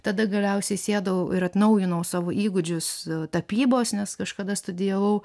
tada galiausiai sėdau ir atnaujinau savo įgūdžius tapybos nes kažkada studijavau